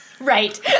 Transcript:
Right